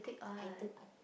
I took art